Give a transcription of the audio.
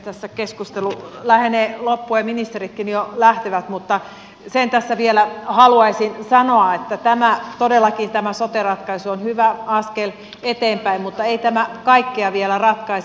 tässä keskustelu lähenee loppuaan ja ministeritkin jo lähtevät mutta sen tässä vielä haluaisin sanoa että todellakin tämä sote ratkaisu on hyvä askel eteenpäin mutta ei tämä kaikkea vielä ratkaise